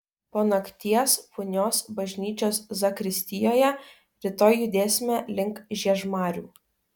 po nakties punios bažnyčios zakristijoje rytoj judėsime link žiežmarių